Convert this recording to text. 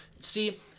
See